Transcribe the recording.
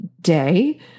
day